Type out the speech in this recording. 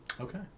okay